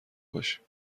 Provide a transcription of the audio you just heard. باشیم